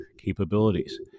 capabilities